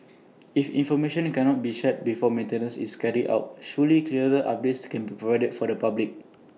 if information cannot be shared before maintenance is carried out surely clearer updates can be provided for the public